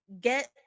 get